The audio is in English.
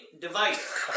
device